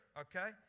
okay